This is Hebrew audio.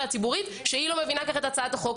הציבורית שהיא לא מבינה כך את הצעת החוק.